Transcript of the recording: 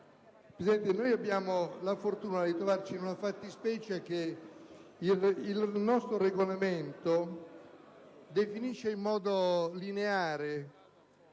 Presidente, noi abbiamo la fortuna di trovarci in una fattispecie che il nostro Regolamento definisce in modo lineare.